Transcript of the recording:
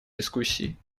дискуссий